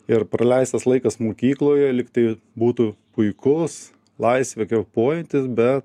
ir praleistas laikas mokykloje lyg tai būtų puikus laisvė kaip pojūtis bet